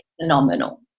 phenomenal